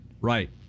Right